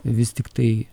vis tiktai